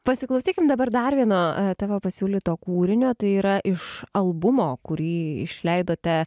pasiklausykim dabar dar vieno tavo pasiūlyto kūrinio tai yra iš albumo kurį išleidote